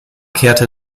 kehrte